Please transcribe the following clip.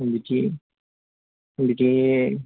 नोंबिदि